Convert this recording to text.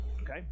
Okay